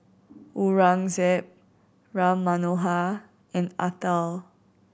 Aurangzeb Ram Manohar and Atal